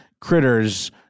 critters